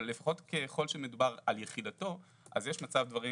אבל ככל שמדובר על יחידתו אז יש הבדל,